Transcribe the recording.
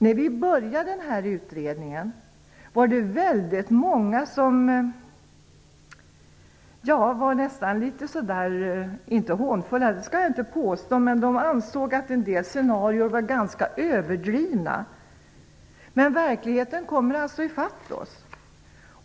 När vi började den här utredningen var det väldigt många som var, inte hånfulla, det skall jag inte påstå, men de ansåg att del scenarion var ganska överdrivna. Men verkligheten kommer i fatt oss.